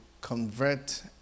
convert